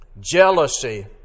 jealousy